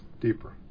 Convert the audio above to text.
deeper